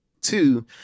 Two